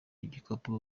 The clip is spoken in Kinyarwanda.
ibikapu